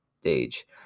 stage